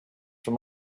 from